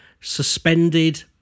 suspended